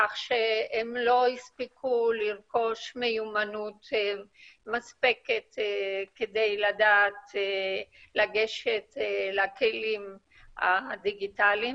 כך שהם לא הספיקו לרכוש מיומנות מספקת כדי לדעת לגשת לכלים הדיגיטליים